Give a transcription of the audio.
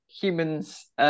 humans